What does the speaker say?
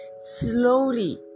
Slowly